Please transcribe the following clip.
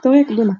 היסטוריה קדומה